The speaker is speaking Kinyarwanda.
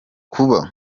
kuba